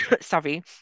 sorry